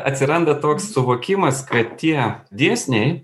atsiranda toks suvokimas kad tie dėsniai